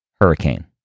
hurricane